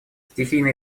стихийные